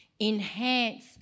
enhance